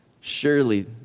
surely